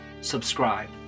subscribe